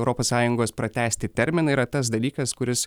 europos sąjungos pratęsti terminą yra tas dalykas kuris